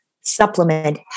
supplement